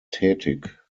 tätig